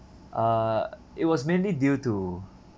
err it was mainly due to